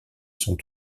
sont